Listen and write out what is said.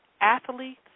Athletes